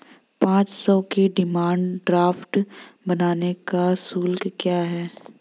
पाँच सौ के डिमांड ड्राफ्ट बनाने का शुल्क क्या है?